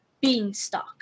beanstalk